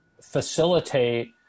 facilitate